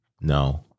No